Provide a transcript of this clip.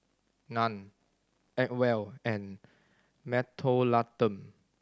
Nan Acwell and Mentholatum